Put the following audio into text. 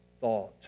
thought